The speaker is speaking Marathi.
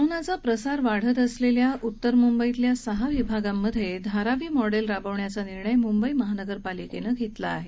कोरोनाचा प्रसार वाढत असलेल्या उत्तर मुंबईतल्या सहा विभागात धारावी मॉडेल राबण्याचा निर्णय मुंबई महापालिकेनं घेतला आहे